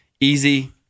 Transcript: Easy